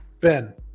Ben